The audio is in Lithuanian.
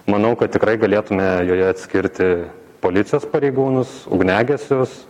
manau kad tikrai galėtume joje atskirti policijos pareigūnus ugniagesius